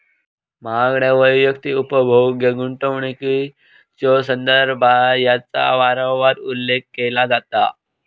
महागड्या वैयक्तिक उपभोग्य गुंतवणुकीच्यो संदर्भात याचा वारंवार उल्लेख केला जाता